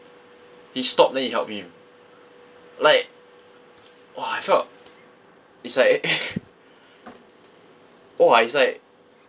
he stop then he help him like !wah! I felt it's like !wah! it's like